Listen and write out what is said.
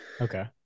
okay